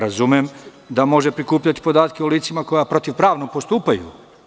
Razumem da može prikupljati podatke o licima koja protivpravno postupaju.